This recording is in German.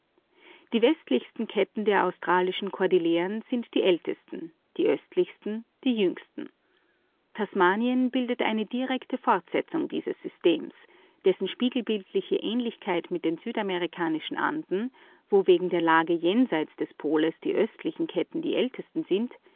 die westlichsten ketten der australischen kordilleren sind die ältesten die östlichsten die jüngsten tasmanien bildet eine fortsetzung dieses faltensystems interessant ist im bau des gebirges die spiegelbildliche ähnlichkeit mit den südamerikanischen anden wo wegen der lage jenseits des poles die östlichsten ketten die ältesten sind